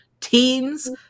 teens